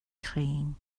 train